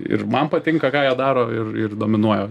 ir man patinka ką jie daro ir ir dominuoja